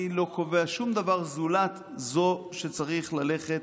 אני לא קובע שום דבר זולת זו שצריך ללכת